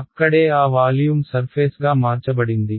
అక్కడే ఆ వాల్యూమ్ సర్ఫేస్గా మార్చబడింది